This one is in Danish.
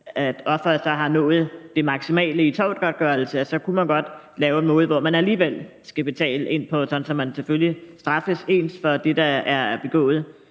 offeret så har nået det maksimale i tortgodtgørelse. Så kunne man godt lave en måde, hvorpå man alligevel skulle betale ind, så man selvfølgelig straffes ens for det, der er begået.